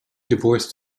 divorced